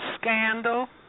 scandal